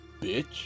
bitch